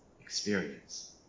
experience